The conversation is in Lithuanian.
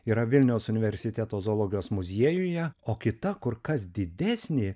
yra vilniaus universiteto zoologijos muziejuje o kita kur kas didesnė